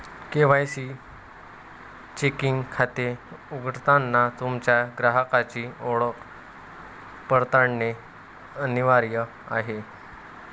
KYC checking खाते उघडताना तुमच्या ग्राहकाची ओळख पडताळणे अनिवार्य आहे